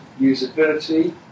usability